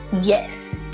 Yes